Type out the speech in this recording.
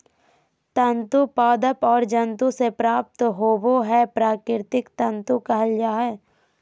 तंतु पादप और जंतु से प्राप्त होबो हइ प्राकृतिक तंतु कहल जा हइ